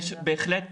יש בהחלט פיצויים,